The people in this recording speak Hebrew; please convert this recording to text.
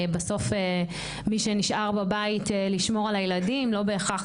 בסוף מי שנשאר בבית לשמור על הילדים לא בהכרח